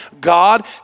God